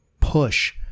push